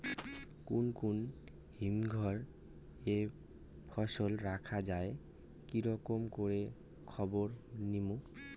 কুন কুন হিমঘর এ ফসল রাখা যায় কি রকম করে খবর নিমু?